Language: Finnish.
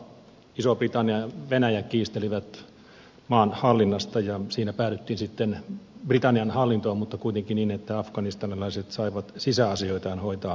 iso britannia ja venäjä kiistelivät maan hallinnasta ja siinä päädyttiin sitten britannian hallintoon mutta kuitenkin niin että afganistanilaiset saivat sisäasioitaan hoitaa itse